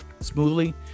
smoothly